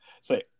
say